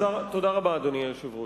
תודה רבה, אדוני היושב-ראש.